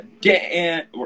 Dan